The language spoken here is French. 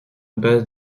base